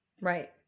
Right